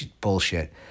bullshit